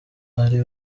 ari